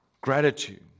Gratitude